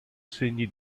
segni